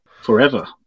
forever